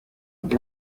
andi